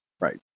Right